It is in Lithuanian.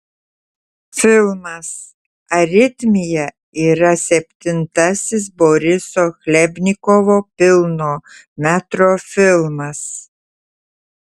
filmas aritmija yra septintasis boriso chlebnikovo pilno metro filmas